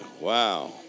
wow